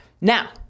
Now